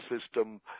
system